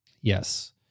Yes